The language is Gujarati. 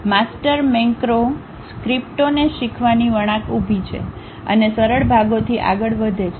માસ્ટર મેંક્રો સ્ક્રિપ્ટોને શીખવાની વળાંક ઉભી છે અને સરળ ભાગોથી આગળ વધે છે